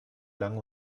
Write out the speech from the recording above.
lange